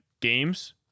games